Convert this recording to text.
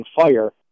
fire